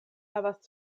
havas